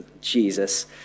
Jesus